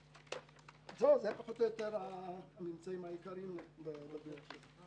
אלה פחות או יותר הממצאים העיקריים בדוח הזה.